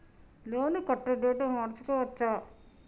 Loan కట్టే date మార్చుకోవచ్చా?